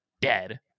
dead